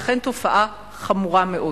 והיא אכן תופעה חמורה מאוד.